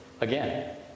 Again